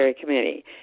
Committee